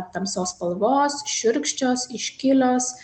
tamsios spalvos šiurkščios iškilios